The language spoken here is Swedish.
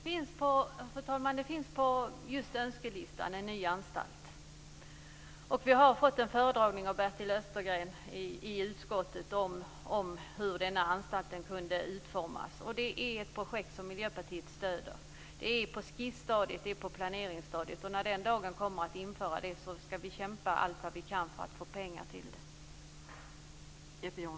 Fru talman! En ny anstalt finns på önskelistan. Utskottet har fått en föredragning av Bertel Österdahl om hur denna anstalt kan utformas. Det är ett projekt som Miljöpartiet stöder. Det är på planeringsstadiet, men när dagen för att genomföra projektet kommer ska vi kämpa allt vad vi kan för att få pengar till det.